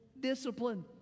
discipline